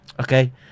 Okay